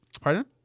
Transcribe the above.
Pardon